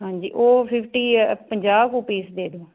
ਹਾਂਜੀ ਉਹ ਫਿਫਟੀ ਅ ਪੰਜਾਹ ਕੁ ਪੀਸ ਦੇ ਦਿਓ